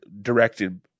directed